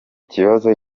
kibazo